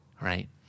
right